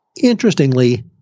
Interestingly